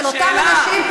של אותם אנשים,